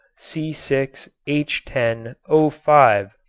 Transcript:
c six h ten o five,